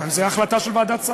אין הסכמה.